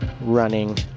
running